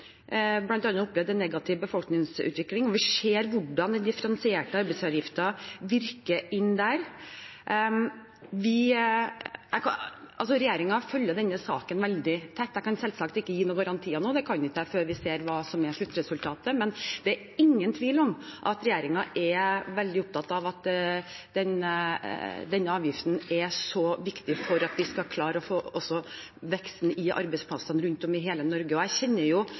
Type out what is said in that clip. opplevd en negativ befolkningsutvikling, og vi ser hvordan den differensierte arbeidsgiveravgiften virker inn der. Regjeringen følger denne saken veldig tett. Jeg kan selvsagt ikke gi noen garantier nå, det kan jeg ikke før vi ser hva som er sluttresultatet, men det er ingen tvil om at regjeringen er veldig opptatt av at denne avgiften er så viktig for at vi skal klare å få til vekst i arbeidsplasser rundt omkring i hele Norge. Jeg kjenner jo